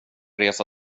resa